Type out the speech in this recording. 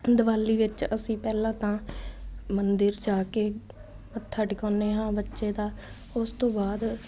ਦੀਵਾਲੀ ਵਿੱਚ ਅਸੀਂ ਪਹਿਲਾਂ ਤਾਂ ਮੰਦਿਰ ਜਾ ਕੇ ਮੱਥਾ ਟਿਕਾਉਂਦੇ ਹਾਂ ਬੱਚੇ ਦਾ ਉਸ ਤੋਂ ਬਾਅਦ